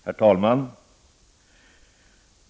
Herr talman!